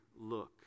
look